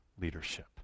leadership